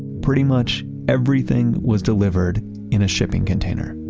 pretty much everything was delivered in a shipping container.